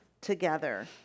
together